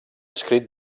escrit